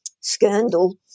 scandal